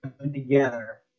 together